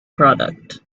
product